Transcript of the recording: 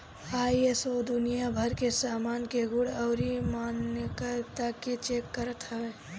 ISO दुनिया भर के सामान के गुण अउरी मानकता के चेक करत हवे